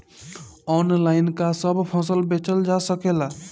Online का सब फसल बेचल जा सकेला?